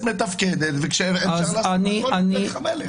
מתפקדת אפשר לעשות הכול בדרך המלך, לא ככה.